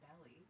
Belly